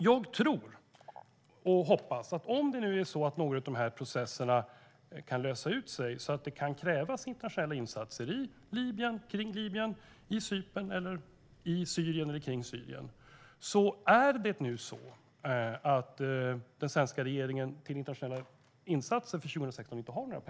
Jag tror och hoppas att några av processerna kan lösas, och då kan det krävas internationella insatser i och kring Libyen, på Cypern eller i och kring Syrien. Men den svenska regeringen har inte några pengar till internationella insatser för 2016.